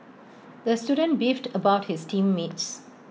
the student beefed about his team mates